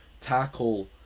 tackle